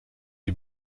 die